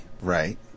Right